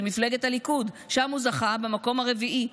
של מפלגת הליכוד, שם הוא זכה במקום הרביעי.